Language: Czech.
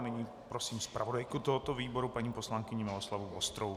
Nyní poprosím zpravodajku tohoto výboru paní poslankyni Miloslavu Vostrou.